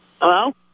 Hello